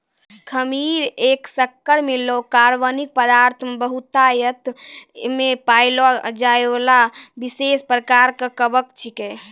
खमीर एक शक्कर मिललो कार्बनिक पदार्थ मे बहुतायत मे पाएलो जाइबला विशेष प्रकार के कवक छिकै